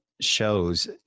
shows